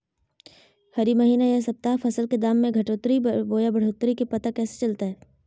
हरी महीना यह सप्ताह फसल के दाम में घटोतरी बोया बढ़ोतरी के पता कैसे चलतय?